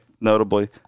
notably